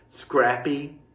scrappy